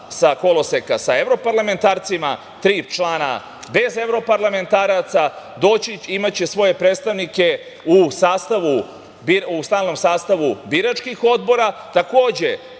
sa koloseka sa evroparlamentarcima, tri člana bez evroparlamentaraca, imaće svoje predstavnike u stalnom sastavu biračkih odbora. Takođe,